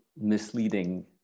misleading